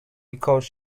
because